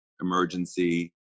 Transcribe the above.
emergency